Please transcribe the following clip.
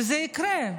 וזה יקרה,